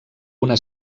una